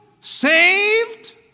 saved